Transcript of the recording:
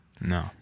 no